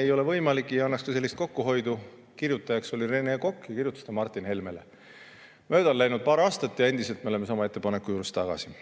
ei ole võimalik ja see ei annaks ka sellist kokkuhoidu. Kirjutajaks oli Rene Kokk ja kirjutas ta Martin Helmele. Mööda on läinud paar aastat ja endiselt me oleme sama ettepaneku juures tagasi.